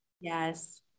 Yes